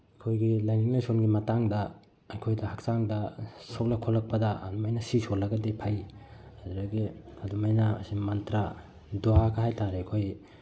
ꯑꯩꯈꯣꯏꯒꯤ ꯂꯥꯏꯅꯤꯡ ꯂꯥꯏꯁꯣꯟꯒꯤ ꯃꯇꯥꯡꯗ ꯑꯩꯈꯣꯏꯅ ꯍꯛꯆꯥꯡꯗ ꯁꯣꯛꯂꯛ ꯈꯣꯠꯂꯛꯄꯗ ꯑꯗꯨꯃꯥꯏꯅ ꯁꯤ ꯁꯣꯜꯂꯒꯗꯤ ꯐꯩ ꯑꯗꯨꯗꯒꯤ ꯑꯗꯨꯃꯥꯏꯅ ꯃꯟꯇ꯭ꯔꯥ ꯗꯣꯑꯀꯥ ꯍꯥꯏꯇꯥꯔꯦ ꯑꯩꯈꯣꯏ